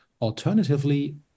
Alternatively